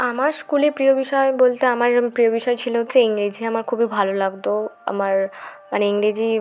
আমার স্কুলে প্রিয় বিষয় বলতে আমার প্রিয় বিষয় ছিলো হচ্ছে ইংরেজি আমার খুবই ভালো লাগতো আমার মানে ইংরেজি